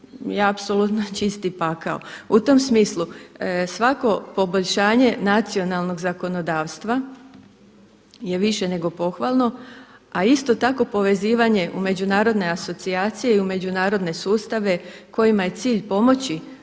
je apsolutno čisti pakao. U tom smislu, svako poboljšanje nacionalnog zakonodavstva je više nego pohvalno a isto tako pozivanje u međunarodne asocijacije i međunarodne sustave kojima je cilj pomoći